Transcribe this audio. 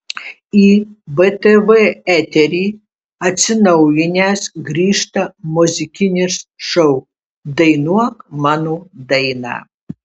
į btv eterį atsinaujinęs grįžta muzikinis šou dainuok mano dainą